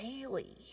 daily